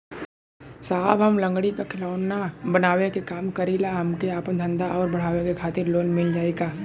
साहब हम लंगड़ी क खिलौना बनावे क काम करी ला हमके आपन धंधा अउर बढ़ावे के खातिर लोन मिल जाई का?